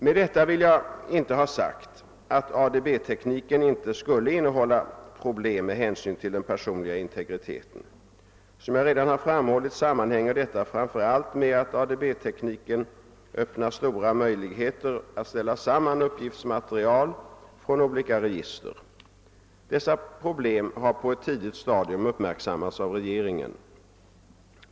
Med detta vill jag inte ha sagt att ADB-tekniken inte skulle innehålla problem med hänsyn till den personliga integriteten. Som jag redan har framhållit sammanhänger detta framför allt med att ADB-tekniken öppnar stora möjligheter att ställa samman uppgiftsmaterial från olika register. Dessa problem har på ett tidigt stadium uppmärksammats av regeringen.